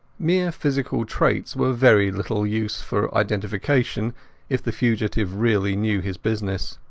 mere physical traits were very little use for identification if the fugitive really knew his business.